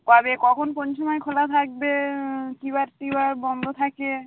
কবে কখন কোন সময় খোলা থাকবে কী বার কী বার বন্ধ থাকে